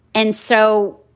and so.